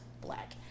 black